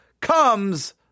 comes